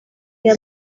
iyo